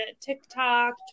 TikTok